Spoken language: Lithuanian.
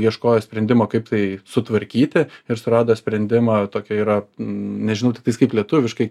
ieškojo sprendimo kaip tai sutvarkyti ir surado sprendimą tokia yra nežinau tiktais kaip lietuviškai